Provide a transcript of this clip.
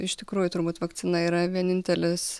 iš tikrųjų turbūt vakcina yra vienintelis